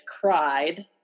cried